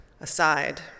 aside